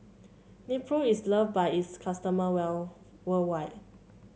Nepro is loved by its customer well worldwide